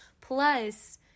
Plus